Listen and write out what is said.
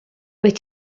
wyt